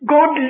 God